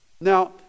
Now